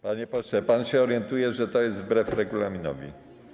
Panie pośle, pan się orientuje, że to jest wbrew regulaminowi?